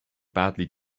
badly